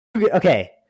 Okay